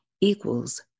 equals